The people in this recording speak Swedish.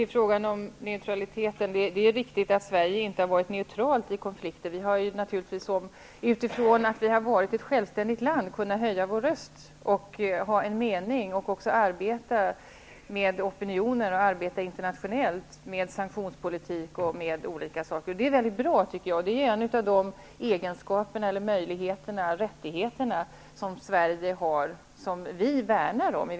Herr talman! Det är riktigt att Sverige inte varit neutralt vid alla konflikter. Med utgångspunkt i att vi är ett självständigt land har vi kunnat höja vår röst och säga vår mening. Vi har också kunnat arbeta internationellt med opinioner och för sanktionspolitik och annat. Det tycker jag är mycket bra. Det är en av de möjligheter och rättigheter som Sverige har och som vi värnar om.